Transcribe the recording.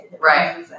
Right